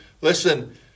listen